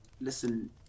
listen